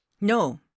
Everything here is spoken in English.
no